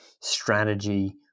strategy